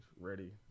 ready